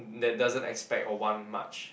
that doesn't expect or want much